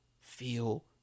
feel